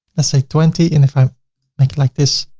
let's say twenty, and if i make it like this,